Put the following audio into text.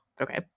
Okay